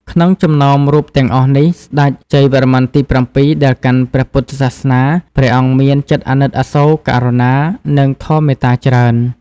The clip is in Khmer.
ក្នុងចំណោមរូបទាំងអស់នេះ ស្តេចជ័យវរ្ម័នទី៧ ដែលកាន់ព្រះពុទ្ធសាសនា ព្រះអង្គមានចិត្តអាណិតអាសូរ ករុណា និងធម៌មេត្តាច្រើន។